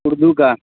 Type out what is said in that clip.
اردو کا